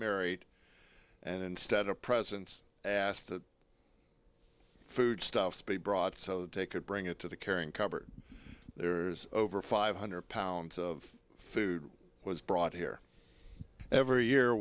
married and instead of presents i asked the foodstuffs be brought so that they could bring it to the caring cupboard there's over five hundred pounds of food was brought here every year